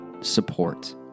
support